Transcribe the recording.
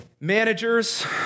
Managers